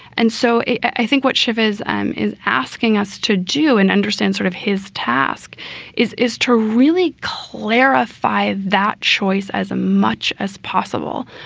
and so i think what chavez is asking us to do and understand sort of his task is is to really clarify that choice as much as possible,